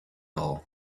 all